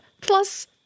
plus